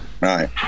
right